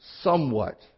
somewhat